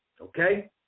Okay